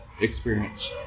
experience